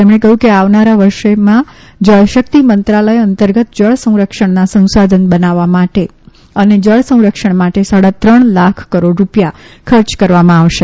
તેમણે કહ્વું કે આવનારા વર્ષેમાં જળ શક્તિ મંત્રાલય અંતર્ગત જળ સંરક્ષણના સંશાધન બનાવવા અને જળ સંરક્ષણ માટે સાડા ત્રણ લાખ કરોડ રૂપિયા ખર્ચ કરવામાં આવશે